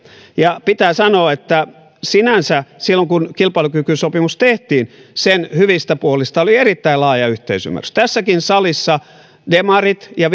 pitää sanoa että sinänsä silloin kun kilpailukykysopimus tehtiin sen hyvistä puolista oli erittäin laaja yhteisymmärrys tässäkin salissa demarit ja